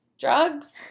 drugs